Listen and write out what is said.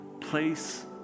place